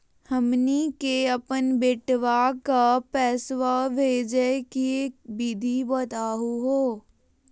हमनी के अपन बेटवा क पैसवा भेजै के विधि बताहु हो?